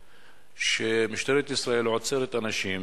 שמשטרת ישראל עוצרת אנשים,